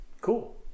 Cool